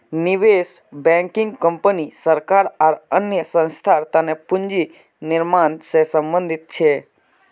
निवेश banking company सरकार आर अन्य संस्थार तने पूंजी निर्माण से संबंधित छे